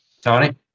Tony